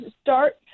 start